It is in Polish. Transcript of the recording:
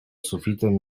sufitem